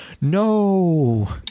No